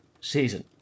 season